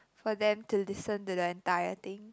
for them to listen to the entire thing